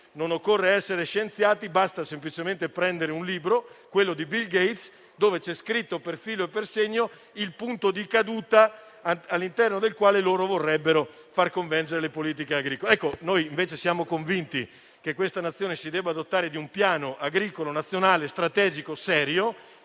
Non occorre essere scienziati, basta semplicemente prendere il libro di Bill Gates dove c'è scritto, per filo e per segno, il punto di caduta all'interno del quale si vorrebbero far convergere le politiche agricole. Siamo convinti che la nostra Nazione si debba dotare invece di un piano agricolo nazionale strategico e serio,